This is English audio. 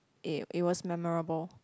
it was memorable